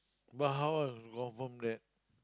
but how I confirm that